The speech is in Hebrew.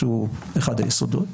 שהוא אחד היסודות.